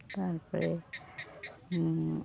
তার পরে